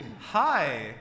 Hi